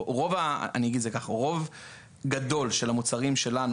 רוב גדול של המוצרים שלנו,